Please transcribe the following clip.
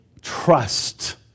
trust